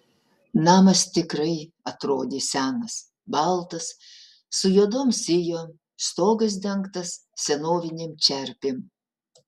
namas tikrai atrodė senas baltas su juodom sijom stogas dengtas senovinėm čerpėm